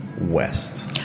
West